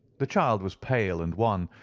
the child was pale and wan,